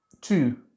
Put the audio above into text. Two